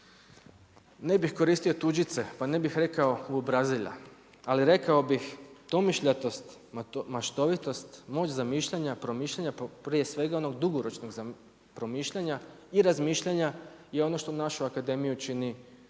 ne bi koristio tuđice, pa ne bih rekao uobrazila, ali rekao bi domišljatost, maštovitost, moć zamišljanja, promišljanja, prije svega onog dugoročnog promišljanja i razmišljanja je ono što našu akademiju